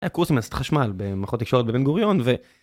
קוסמסט חשמל במחות הקשורת בן גוריון ו.